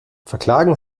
verklagen